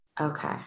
Okay